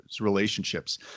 relationships